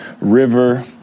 River